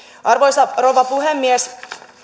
arvoisa rouva puhemies